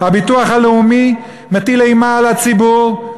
והביטוח הלאומי מטיל אימה על הציבור,